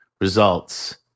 results